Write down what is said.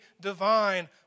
divine